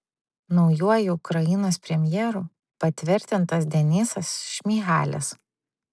naujuoju ukrainos premjeru patvirtintas denysas šmyhalis